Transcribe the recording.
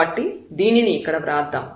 కాబట్టి దీనిని ఇక్కడ వ్రాద్దాం